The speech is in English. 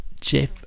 Jeff